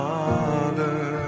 Father